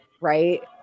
right